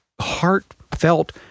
heartfelt